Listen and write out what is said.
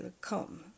come